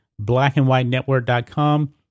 blackandwhitenetwork.com